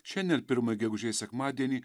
šiandien pirmą gegužės sekmadienį